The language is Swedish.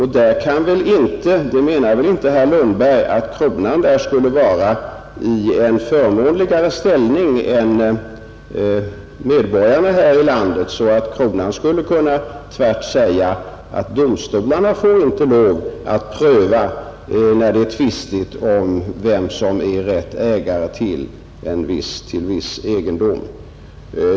Herr Lundberg menar väl inte att kronan i dessa fall skulle vara i en förmånligare ställning än medborgarna här i landet så att kronan tvärt skulle kunna säga att domstolarna inte får pröva när det är tvistigt vem som är rätt ägare till viss egendom.